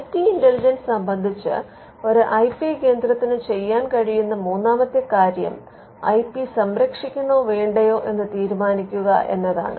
I P intelligence സംബന്ധിച്ച് ഒരു I P കേന്ദ്രത്തിന് ചെയ്യാൻ കഴിയുന്ന മൂന്നാമത്തെ കാര്യം ഐ പി സംരക്ഷിക്കണോ വേണ്ടയോ എന്ന് തീരുമാനിക്കുക എന്നതാണ്